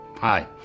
Hi